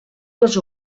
les